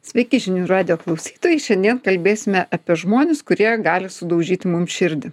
sveiki žinių radijo klausytojai šiandien kalbėsime apie žmones kurie gali sudaužyti mum širdį